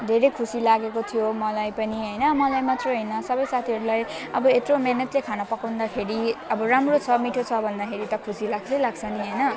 धेरै खुसी लागेको थियो मलाई पनि हैन मलाई मात्रै हैन सबै साथीहरूलाई अब यत्रो मेहनतले खाना पकाउँदाखेरि अब राम्रो छ मिठो छ भन्दाखेरि त लाग्छै लाग्छ नि हैन